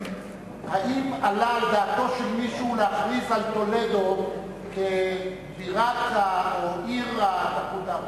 האם עלה על דעתו של מישהו להכריז על טולדו כעיר התרבות הערבית?